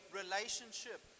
relationship